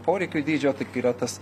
poreikių dydžio tai yra tas